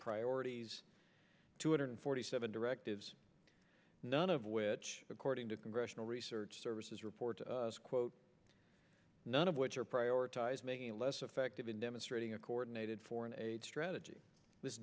priorities two hundred forty seven directives none of which according to congressional research service report quote none of which are prioritized making it less effective in demonstrating a coordinated foreign aid strategy this